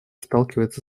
сталкивается